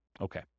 Okay